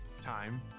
time